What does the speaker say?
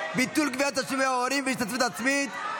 ביטול גביית תשלומי הורים והשתתפות עצמית),